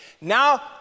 Now